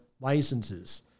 licenses